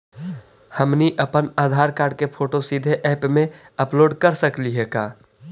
हमनी अप्पन आधार कार्ड के फोटो सीधे ऐप में अपलोड कर सकली हे का?